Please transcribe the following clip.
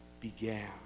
began